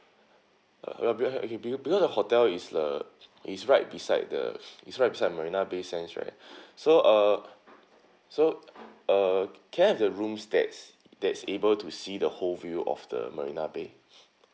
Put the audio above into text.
uh because the hotel is the is right beside the is right beside marina bay sands right so uh so uh can I have the rooms that's that's able to see the whole view of the marina bay